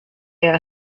era